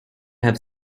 have